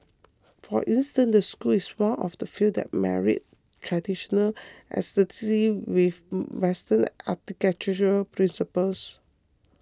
for instance the school is one of the few that married traditional aesthetics with Western architectural principles